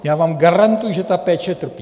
Já vám garantuji, že ta péče trpí.